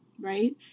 right